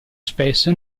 spesso